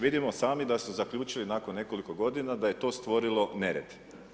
Vidimo sami da su zaključili nakon nekoliko godina da je to stvorilo nered.